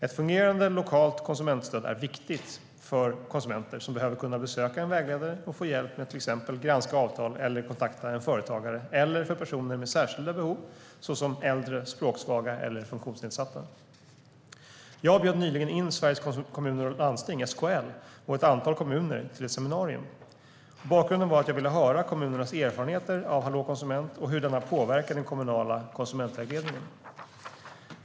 Ett fungerande lokalt konsumentstöd är viktigt för konsumenter som behöver kunna besöka en vägledare och få hjälp med att till exempel granska avtal eller kontakta en företagare eller för personer med särskilda behov såsom äldre, språksvaga eller funktionsnedsatta. Jag bjöd nyligen in Sveriges Kommuner och Landsting, SKL, och ett antal kommuner till ett seminarium. Bakgrunden var att jag ville höra kommunernas erfarenheter av Hallå konsument och hur denna tjänst påverkar den kommunala konsumentvägledningen.